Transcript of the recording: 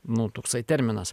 nu toksai terminas